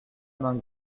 main